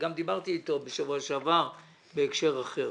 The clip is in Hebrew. גם דיברתי איתו בשבוע שעבר בהקשר אחר.